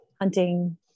hunting